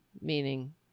meaning